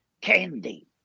candy